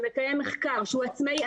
שמקיים מחקר והוא עצמאי.